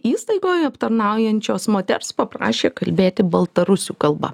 įstaigoje aptarnaujančios moters paprašė kalbėti baltarusių kalba